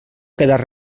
quedar